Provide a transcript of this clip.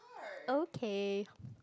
okay